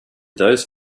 those